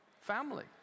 family